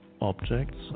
objects